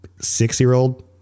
six-year-old